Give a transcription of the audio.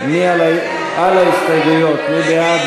על ההסתייגויות, מי בעד?